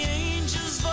angels